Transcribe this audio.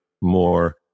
more